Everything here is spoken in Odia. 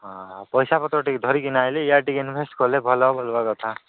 ହଁ ହଁ ପଇସା ପତ୍ର ଟିକେ ଧରିକିନା ଆଇଲେ ଇଆଡେ ଟିକେ ଇନଭେଷ୍ଟ କଲେ ଭଲ କଥା